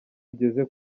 igeze